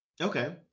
okay